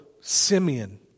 Simeon